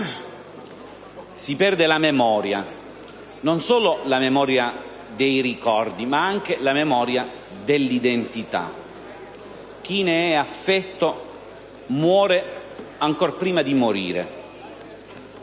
si perde la memoria: non solo la memoria dei ricordi, ma anche quella dell'identità. Chi ne è affetto muore ancor prima di morire.